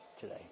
today